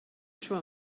tro